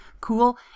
cool